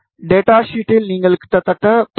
data ஷீட்டில் நீங்கள் கிட்டத்தட்ட 0